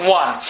one